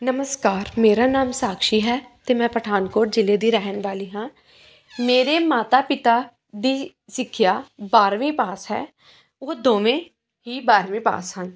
ਨਮਸਕਾਰ ਮੇਰਾ ਨਾਮ ਸ਼ਾਕਸ਼ੀ ਹੈ ਅਤੇ ਮੈਂ ਪਠਾਨਕੋਟ ਜ਼ਿਲ੍ਹੇ ਦੀ ਰਹਿਣ ਵਾਲੀ ਹਾਂ ਮੇਰੇ ਮਾਤਾ ਪਿਤਾ ਦੀ ਸਿੱਖਿਆ ਬਾਰ੍ਹਵੀਂ ਪਾਸ ਹੈ ਓਹ ਦੋਵੇਂ ਹੀ ਬਾਰ੍ਹਵੀਂ ਪਾਸ ਹਨ